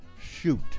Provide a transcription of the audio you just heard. shoot